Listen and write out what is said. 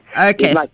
Okay